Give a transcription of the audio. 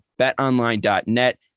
betonline.net